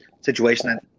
situation